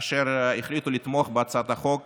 אשר החליטו לתמוך בהצעת החוק